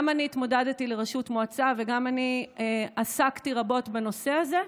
גם אני התמודדתי לראשות מועצה וגם אני עסקתי רבות בנושא הזה.